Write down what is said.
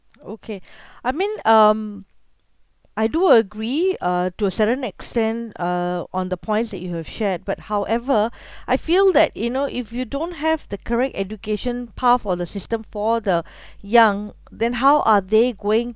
okay I mean um I do agree uh to a certain extent err on the points that you have shared but however I feel that you know if you don't have the correct education path or the system for the young then how are they going